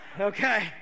Okay